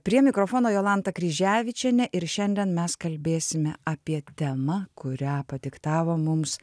prie mikrofono jolanta kryževičienė ir šiandien mes kalbėsime apie temą kurią padiktavo mums